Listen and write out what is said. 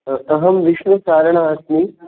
अहं विष्णुसारणः अस्मि